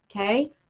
okay